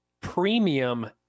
premium